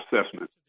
assessment